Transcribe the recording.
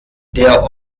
der